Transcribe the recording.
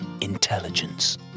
intelligence